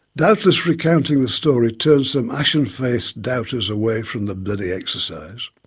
doubtless recounting the story turned some ashen faced doubters away from the bloody exercise.